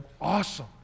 awesome